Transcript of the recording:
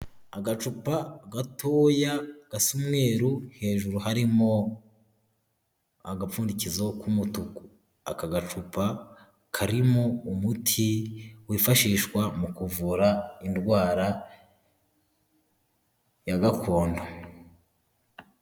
Agacupa gatoya gasa umweru hejuru harimo agapfundikizo k'umutuku, aka gacupa karimo umuti wifashishwa mu kuvura indwara ya gakondo.